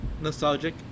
nostalgic